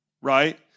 right